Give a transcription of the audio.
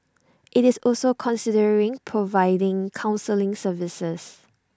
IT is also considering providing counselling services